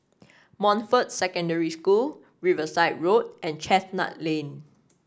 Montfort Secondary School Riverside Road and Chestnut Lane